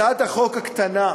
הצעת החוק הקטנה,